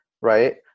right